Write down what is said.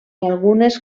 algunes